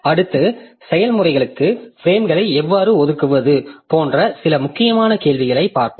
அடுத்து செயல்முறைகளுக்கு பிரேம்களை எவ்வாறு ஒதுக்குவது போன்ற சில முக்கியமான கேள்விகளைப் பார்ப்போம்